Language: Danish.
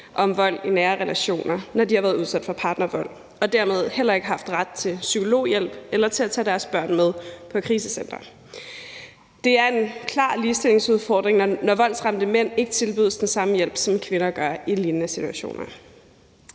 om vold i nære relationer, når de har været udsat for partnervold, og at de dermed heller ikke har haft ret til psykologhjælp eller til at tage deres børn med på et krisecenter. Det er en klar ligestillingsudfordring, når voldsramte mænd ikke tilbydes den samme hjælp, som kvinder gør i lignende situationer.